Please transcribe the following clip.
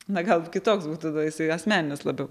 na gal kitoks būtų jisai asmeninis labiau